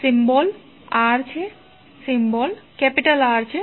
symbol R છે